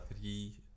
three